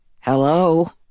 Hello